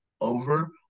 over